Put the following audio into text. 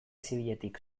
zibiletik